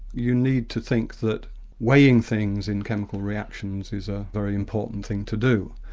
you need to think that weighing things in chemical reactions is a very important thing to do.